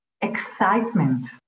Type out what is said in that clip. excitement